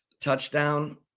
touchdown